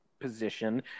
position